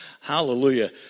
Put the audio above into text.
Hallelujah